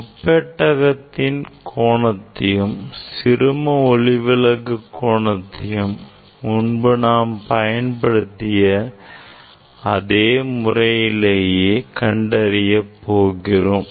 முப்பெட்டகத்தின் கோணத்தையும் சிறும ஒளிவிலகுக் கோணத்தையும் முன்பு நாம் பயன்படுத்திய அதே முறைகளிலேயே கண்டறிய போகிறோம்